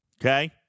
Okay